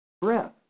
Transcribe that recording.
Breath